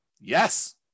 Yes